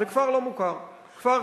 זה כפר לא מוכר, כפר קטן.